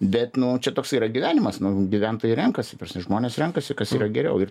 bet nu čia toksai yra gyvenimas nu gyventojai renkasi žmonės renkasi kas yra geriau ir